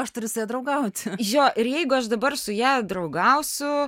aš turiu su ja draugauti juo ir jeigu aš dabar su ja draugausiu